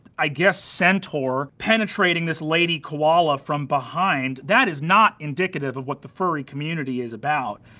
i guess, centaur, penetrating this lady koala from behind. that is not indicative of what the furry community is about.